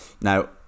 Now